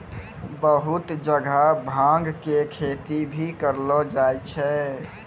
बहुत जगह भांग के खेती भी करलो जाय छै